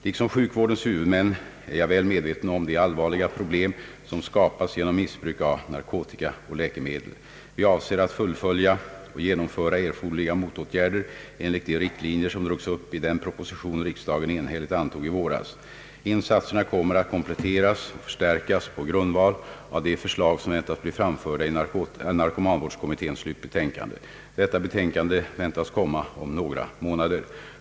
Liksom sjukvårdens huvudmän är jag väl medveten om de allvarliga problem som skapas genom missbruk av narkotika och läkemedel. Vi avser att fullfölja och genomföra erforderliga motåtgärder enligt de riktlinjer som drogs upp i den proposition riksdagen enhälligt antog i våras. Insatserna kommer att kompletteras och förstärkas på grundval av de förslag som väntas bli framförda i narkomanvårdskommitténs slutbetänkande. Detta betänkande väntas komma om några månader.